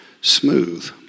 smooth